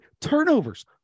turnovers